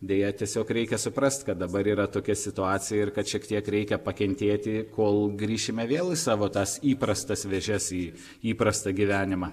deja tiesiog reikia suprast kad dabar yra tokia situacija ir kad šiek tiek reikia pakentėti kol grįšime vėl į savo tas įprastas vėžes į įprastą gyvenimą